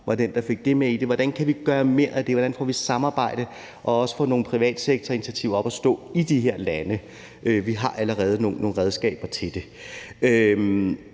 hvordan vi kan gøre mere af det, hvordan vi får samarbejdet og også får nogle privatsektorinitiativer op at stå i de her lande. Vi har allerede nogle redskaber til det.